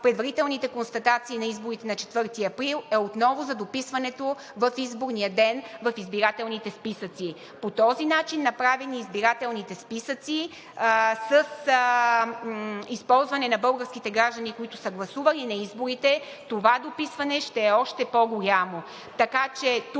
предварителните констатации на изборите на 4 април, е, отново за дописването в изборния ден в избирателните списъци. По този начин направени избирателните списъци с използване на българските граждани, гласували на изборите, това дописване ще е още по голямо.